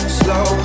slow